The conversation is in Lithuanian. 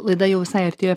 laida jau visai artėja